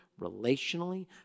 relationally